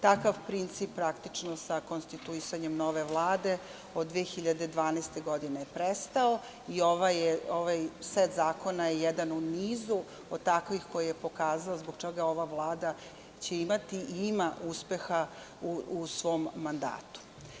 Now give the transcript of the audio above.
Takav princip praktično sa konstituisanjem nove Vlade od 2012. godine je prestao i ovaj set zakona je jedan u nizu od takvih koji je pokazao zbog čega ova Vlada će imati i ima uspeha u svom mandatu.